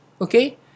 okay